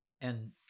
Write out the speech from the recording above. And-